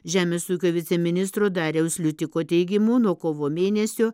žemės ūkio viceministro dariaus liutiko teigimu nuo kovo mėnesio